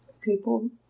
People